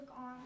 on